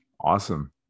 Awesome